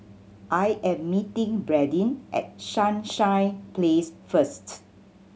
I am meeting Bradyn at Sunshine Place first